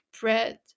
bread